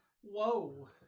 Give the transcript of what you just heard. Whoa